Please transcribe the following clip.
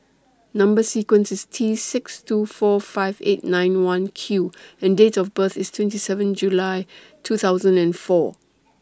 Number sequence IS T six two four five eight nine one Q and Date of birth IS twenty seven July two thousand and four